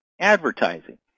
advertising